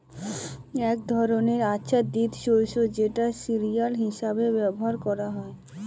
এক ধরনের আচ্ছাদিত শস্য যেটা সিরিয়াল হিসেবে ব্যবহার করা হয়